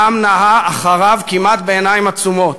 העם נהה אחריו כמעט בעיניים עצומות,